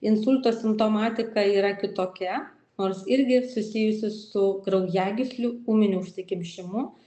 insulto simptomatika yra kitokia nors irgi susijusi su kraujagyslių ūminiu užsikimšimu